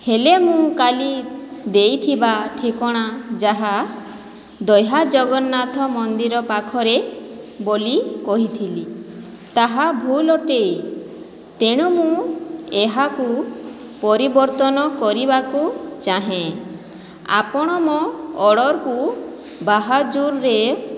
ହେଲେ ମୁଁ କାଲି ଦେଇଥିବା ଠିକଣା ଯାହା ଦହ୍ୟା ଜଗନ୍ନାଥ ମନ୍ଦିର ପାଖରେ ବୋଲି କହିଥିଲି ତାହା ଭୁଲ ଅଟେ ତେଣୁ ମୁଁ ଏହାକୁ ପରିବର୍ତ୍ତନ କରିବାକୁ ଚାହେଁ ଆପଣ ମୋ ଅର୍ଡ଼ରକୁ ବାହାଜୁରରେ